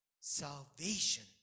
salvation